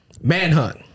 manhunt